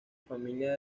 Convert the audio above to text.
familia